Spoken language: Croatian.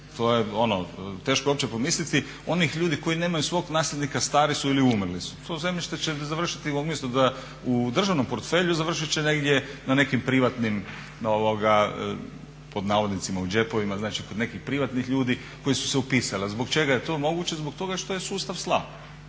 zemljištem? Teško je uopće pomisliti onih ljudi koji nemaju svog nasljednika, stari su ili umrli su, to zemljište će završiti, umjesto u državnom portfelju, završit će negdje na nekim privatnim "u džepovima" znači kod nekih privatnih ljudi koji su se upisali. A zbog čega je to moguće? Zbog toga što je sustav slab,